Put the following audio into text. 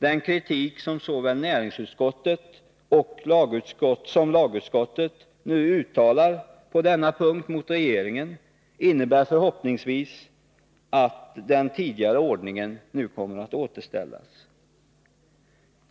Den kritik som såväl näringsutskottet som lagutskottet har uttalat på denna punkt mot regeringen innebär förhoppningsvis att den tidigare ordningen nu kommer att återställas. Fru talman!